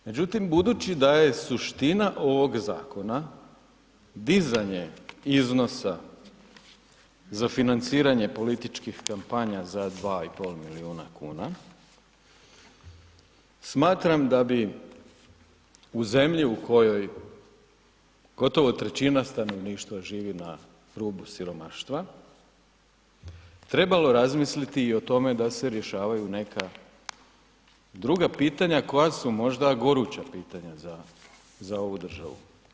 Međutim, budući da je suština ovog zakona dizanje iznosa za financiranje političkih kampanja za 2,5 milijuna kuna, smatram da bi u zemlji u kojoj gotovo trećina stanovništva živi na rubu siromaštva, trebalo je razmisliti i o tome da se rješavaju neka druga pitanja, koja su možda goruća pitanja za ovu državu.